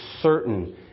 certain